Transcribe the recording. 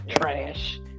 Trash